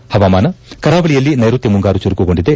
ಇನ್ನು ಹವಾವರ್ತಮಾನ ಕರಾವಳಿಯಲ್ಲಿ ನೈಋತ್ಯ ಮುಂಗಾರು ಚುರುಕುಗೊಂಡಿದೆ